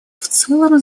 целом